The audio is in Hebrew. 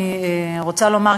אני רוצה לומר,